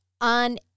on